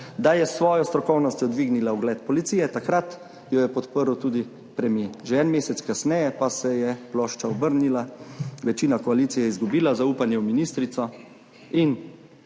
da je s svojo strokovnostjo dvignila ugled policije. Takrat jo je podprl tudi premier. Že en mesec kasneje pa se je plošča obrnila, večina koalicije je izgubila zaupanje v ministrico in